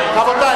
רבותי,